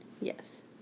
yes